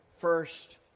first